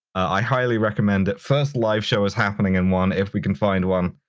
i highly recommend it, first live show is happening in one, if we can find one.